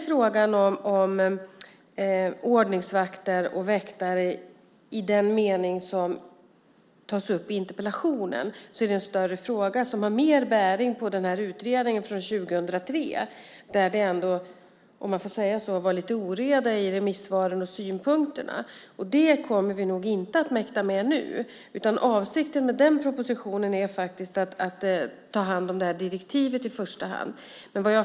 Frågan om ordningsvakter och väktare i den mening som tas upp i interpellationen är en större fråga som har mer bäring på den här utredningen från 2003. Där var det, om man får säga så, lite oreda i remissvaren och synpunkterna. Det kommer vi nog inte att mäkta med nu. Avsikten med den propositionen är att ta hand om det här direktivet i första hand.